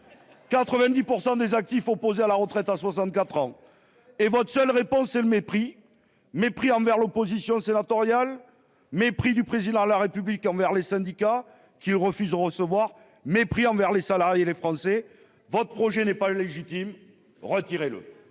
90 % des actifs sont opposés à la retraite à 64 ans et votre seule réponse est le mépris. Mépris envers l'opposition sénatoriale. Mépris du Président de la République envers les syndicats, qu'il refuse de recevoir. Mépris envers les salariés et les Français. Votre projet n'est pas légitime, retirez-le